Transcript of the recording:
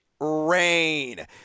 rain